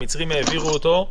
המצרים העבירו אותו.